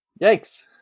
yikes